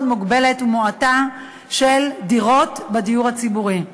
מוגבלת ומועטה של דירות בדיור הציבורי.